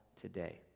today